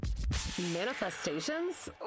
Manifestations